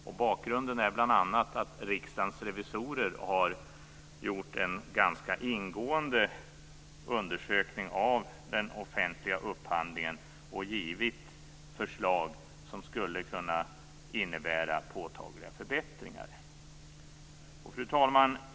Och bakgrunden är bl.a. att Riksdagens revisorer har gjort en ganska ingående undersökning av den offentliga upphandlingen och lagt fram förslag som skulle kunna innebära påtagliga förbättringar.